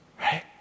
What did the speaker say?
Right